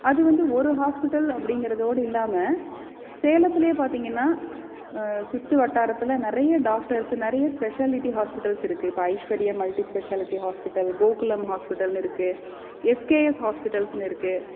அது வந்து ஒரு ஹாஸ்பிட்டல் அப்படிங்கிறதோடு இல்லாமல் சேலத்துலேயே பார்த்திங்கன்னா சுற்றுவட்டாரத்துல நிறைய டாக்டர்ஸ் நிறைய ஸ்பெஷாலிட்டி ஹாஸ்பிட்டல்ஸ் இருக்குது இப்போ Aishwarya multi speciality hospital Gokulam ஹாஸ்பிட்டல்னு இருக்குது எஸ்கேஎஸ் ஹாஸ்பிட்டல்ஸ்னு இருக்குது